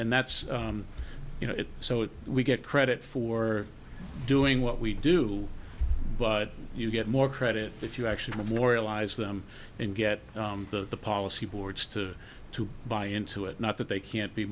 and that's you know it's so we get credit for doing what we do but you get more credit if you actually memorialise them and get the policy boards to to buy into it not that they can't be